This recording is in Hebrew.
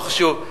לא חשוב,